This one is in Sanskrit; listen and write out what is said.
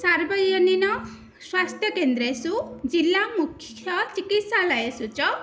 सार्वजनीन स्वास्थ्यकेन्द्रेषु जिल्ला मुख्यचिकित्सालयेषु च